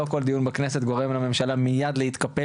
לא כל דיון בכנסת גורם לממשלה מיד להתקפל